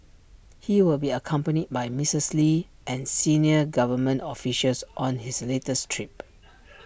he will be accompanied by Missus lee and senior government officials on his latest trip